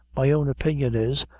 my own opinion is,